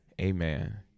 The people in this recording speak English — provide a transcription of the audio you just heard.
Amen